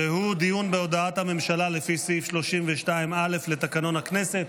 והוא: דיון בהודעת הממשלה לפי סעיף 32(א) לתקנון הכנסת.